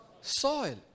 soil